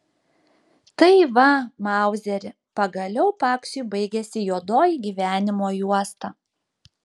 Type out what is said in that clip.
tai va mauzeri pagaliau paksiui baigėsi juodoji gyvenimo juosta